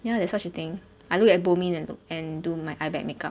you know there's such a thing I look at booming and and do my eye bag makeup